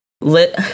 lit